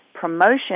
promotion